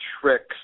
tricks